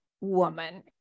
woman